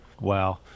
Wow